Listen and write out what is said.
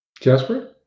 Jasper